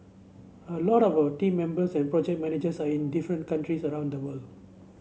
a lot of our team members and project managers are in different countries around the world